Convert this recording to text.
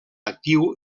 actiu